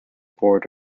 board